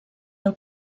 del